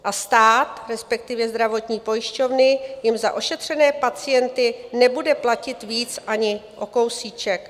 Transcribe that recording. A stát, respektive zdravotní pojišťovny, jim za ošetřené pacienty nebude platit víc ani o kousíček.